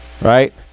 Right